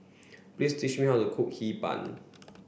please teach me how to cook Hee Pan